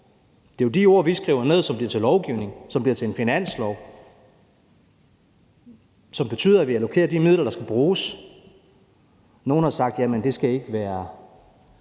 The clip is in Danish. Det er jo de ord, vi skriver ned, som bliver til lovgivning, der bliver til finanslove, som betyder, at vi allokerer de midler, der skal bruges. Nogle har sagt, at det ikke bare skal være